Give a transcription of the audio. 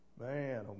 man